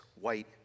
white